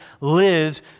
lives